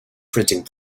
printing